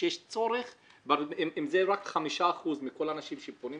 אם הקופה לא הספיקה